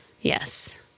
Yes